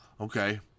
Okay